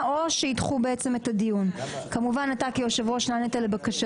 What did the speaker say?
אגודת ישראל ויהדות התורה לבין הליכוד בראשות נתניהו,